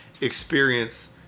experience